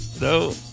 No